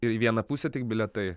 ir į vieną pusę tik bilietai